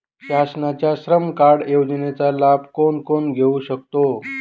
शासनाच्या श्रम कार्ड योजनेचा लाभ कोण कोण घेऊ शकतो?